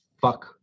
fuck